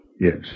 Yes